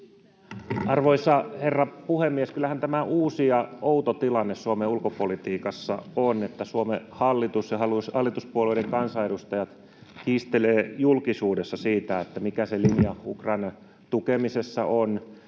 Arvoisa herra puhemies! Kyllähän tämä uusi ja outo tilanne Suomen ulkopolitiikassa on, että Suomen hallitus ja hallituspuolueiden kansanedustajat kiistelevät julkisuudessa siitä, mikä se linja Ukrainan tukemisessa on,